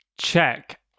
check